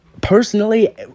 personally